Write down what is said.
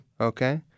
Okay